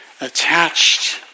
attached